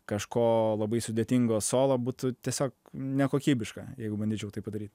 kažko labai sudėtingo solo būtų tiesiog nekokybiška jeigu bandyčiau taip padaryt